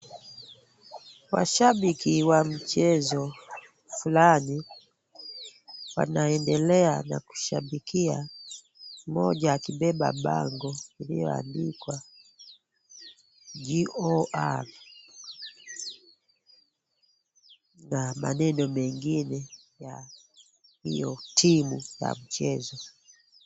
Washabiki wa mchezo fulani wanaendelea na kushabikia, mmoja akibeba bango iliyoandikwa, GOR na maneno mengine ya hio timu ya mchezo.